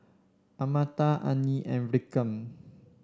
Amartya Anil and Vikram